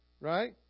Right